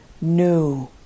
new